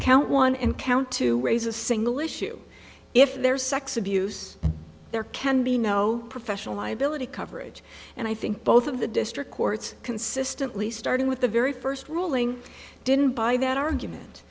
count one and count to raise a single issue if there's sex abuse there can be no professional liability coverage and i think both of the district courts consistently starting with the very first ruling didn't buy that argument